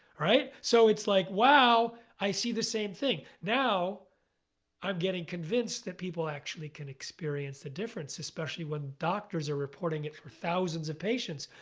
so it's like, wow, i see the same thing. now i'm getting convinced that people actually can experience the difference especially when doctors are reporting it for thousands of patients.